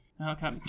okay